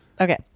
okay